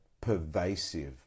pervasive